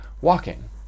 walking